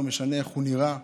לא משנה איך הוא נראה.